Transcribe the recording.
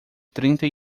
trinta